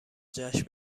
جشن